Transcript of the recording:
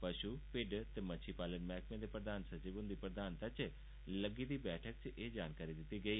पशु भिड्ड ते मच्छी पालन मैहकमे दे प्रधान सचिव हुंदी प्रधानता च लग्गी दी बैठक च एह् जानकारी दित्ती गेई